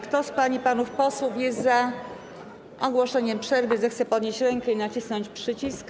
Kto z pań i panów posłów jest za ogłoszeniem przerwy, zechce podnieść rękę i nacisnąć przycisk.